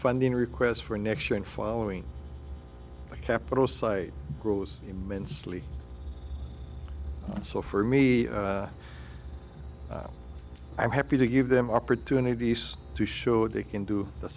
funding requests for next year and following a capital site grows immensely so for me i'm happy to give them opportunities to show what they can do the